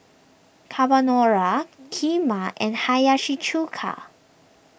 Carbonara Kheema and Hiyashi Chuka